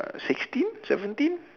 uh sixteen seventeen